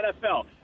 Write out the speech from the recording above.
NFL